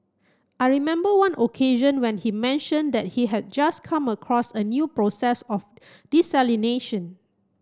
I remember one occasion when he mentioned that he had just come across a new process of desalination